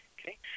Okay